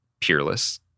peerless